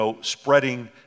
spreading